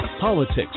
politics